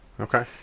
Okay